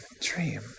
dream